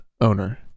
owner